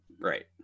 Right